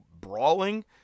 brawling